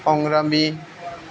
সংগ্ৰামী